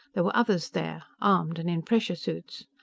there were others there armed and in pressure suits.